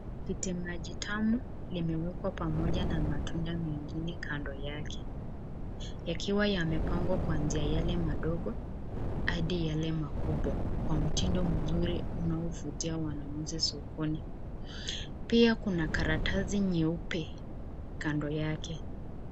Tikiti maji tamu limewekwa pamoja na matunda mengine kando yake yakiwa yamepangwa kuanzia yale madogo hadi yale makubwa kwa mtindo mzuri unaovutia wanunuzi sokoni, pia kuna karatasi nyeupe kando yake.